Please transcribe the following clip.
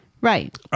Right